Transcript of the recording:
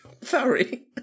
Sorry